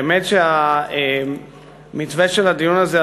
האמת שהמתווה של הדיון הזה,